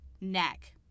neck